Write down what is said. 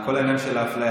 כל העניין של האפליה.